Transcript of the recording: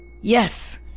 Yes